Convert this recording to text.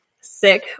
sick